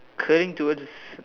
curling towards